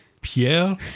Pierre